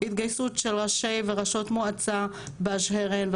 התגייסות של ראשי וראשות מועצה באשר הם,